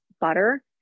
butter